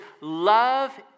love